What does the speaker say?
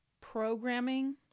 programming